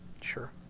Sure